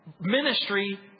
ministry